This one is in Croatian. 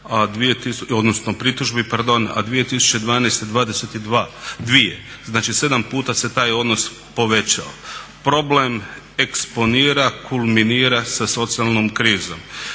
159 pritužbi, a 2012. 22, znači 7 puta se taj odnos povećao. Broj eksponira, kulminira sa socijalnom krizom.